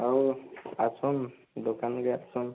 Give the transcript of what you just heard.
ଆଉ ଆସୁନ୍ ଦୋକାନ କୁ ଆସୁନ୍